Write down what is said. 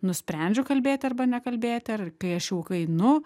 nusprendžiu kalbėti arba nekalbėti ar kai aš jau kai einu